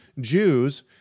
Jews